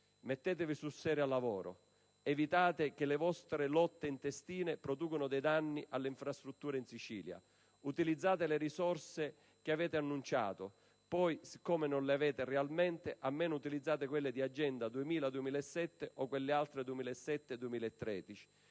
Mettetevi sul serio al lavoro. Evitate che le vostre lotte intestine producano danni alle infrastrutture in Sicilia. Utilizzate le risorse che avete annunciato; poi, siccome non le avete realmente, almeno utilizzate quelle di Agenda 2000-2007 o quelle di Agenda 2007-2013.